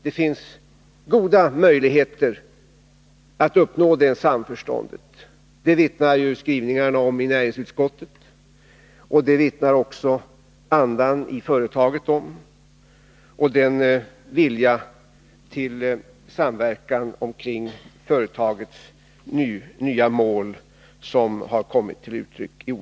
Det finns goda möjligheter att nå detta samförstånd. Det vittnar skrivningarna i näringsutskottets betänkande om, liksom andan i företaget och den vilja till samverkan om företagets nya mål som i olika sammanhang har kommit till uttryck.